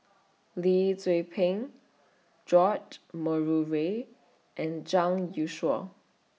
Lee Tzu Pheng George Murray Reith and Zhang Youshuo